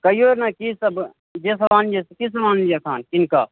कहिऔ ने की सब जे सब आनने छियै की सब आनलियै एखन किनकऽ